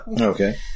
Okay